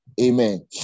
Amen